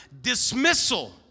dismissal